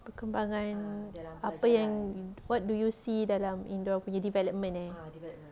perkembangan apa yang what do you see dalam in dorangnya development eh